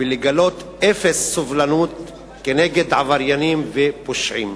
ולגלות אפס סובלנות כנגד עבריינים ופושעים.